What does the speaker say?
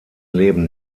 leben